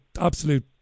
absolute